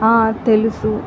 ఆ తెలుసు